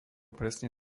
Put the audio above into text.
presne